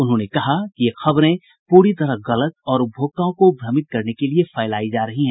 उन्होंने कहा कि ये खबरें पूरी तरह गलत है और उपभोक्ताओं को भ्रमित करने के लिये फैलायी जा रही हैं